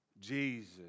Jesus